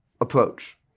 approach